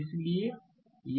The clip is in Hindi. इसलिए यह